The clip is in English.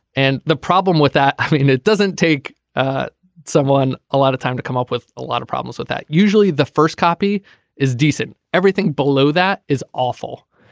and the problem with that. i mean it doesn't take ah someone a lot of time to come up with a lot of problems with that. usually the first copy is decent everything below that is awful.